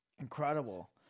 incredible